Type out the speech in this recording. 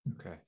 Okay